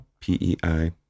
P-E-I